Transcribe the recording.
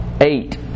eight